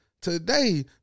today